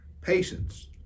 patience